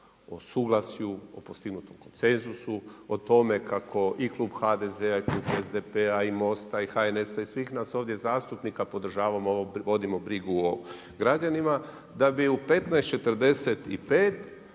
O suglasju, o postignutom konsenzusu, o tome kako i Klub HDZ-a i Klub SDP-a i Mosta i HNS-a i svih nas ovdje zastupnika podržavamo ovo, vodimo brigu o građanima, da bi u 15,45